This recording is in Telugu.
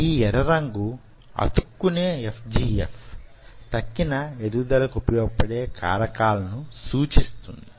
ఈ ఎర్ర రంగు అతుక్కునే FGF తక్కిన ఎదుగుదలకు ఉపయోగపడే కారకాలను సూచిస్తుంది